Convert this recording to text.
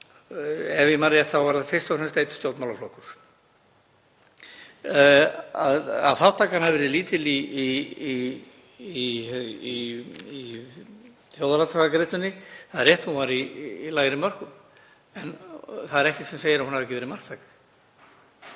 Ef ég man rétt var það fyrst og fremst einn stjórnmálaflokkur. Að þátttakan hafi verið lítil í þjóðaratkvæðagreiðslunni er rétt, hún var í lægri mörkum, en það er ekkert sem segir að hún hafi ekki verið marktæk